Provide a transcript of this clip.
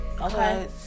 Okay